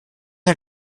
der